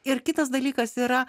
ir kitas dalykas yra